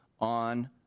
on